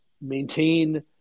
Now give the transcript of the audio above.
maintain